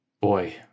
Boy